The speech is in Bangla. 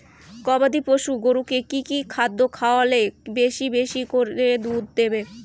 গবাদি পশু গরুকে কী কী খাদ্য খাওয়ালে বেশী বেশী করে দুধ দিবে?